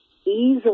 easily